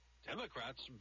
Democrats